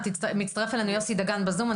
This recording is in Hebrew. מצטרף אלינו יוסי דגן בזום.